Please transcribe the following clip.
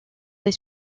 des